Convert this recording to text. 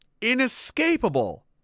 inescapable